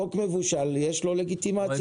חוק מבושל יש לו לגיטימציה.